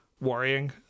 worrying